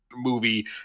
movie